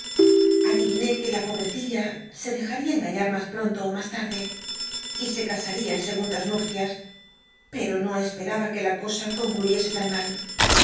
adiviné que la pol l'ccilla se dejaría engañar mas pronto ó más tarde y oc casaría en segundas nupcias pcro no csperaba que la cosa concluyese tan mal